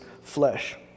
flesh